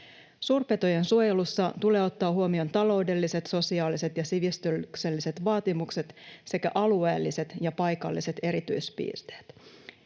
Suurpetojen suojelussa tulee ottaa huomioon taloudelliset, sosiaaliset ja sivistykselliset vaatimukset sekä alueelliset ja paikalliset erityispiirteet.